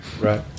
right